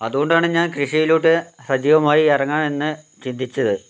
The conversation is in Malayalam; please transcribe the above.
അതുകൊണ്ടാണ് ഞാൻ കൃഷിയിലോട്ട് സജീവമായി ഇറങ്ങാമെന്ന് ചിന്തിച്ചത്